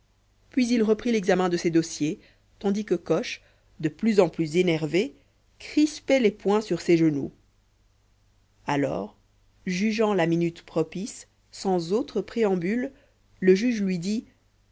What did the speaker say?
puis il reprit l'examen de ses dossiers tandis que coche de plus en plus énervé crispait les poings sur ses genoux alors jugeant la minute propice sans autre préambule le juge lui dit